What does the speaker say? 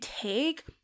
take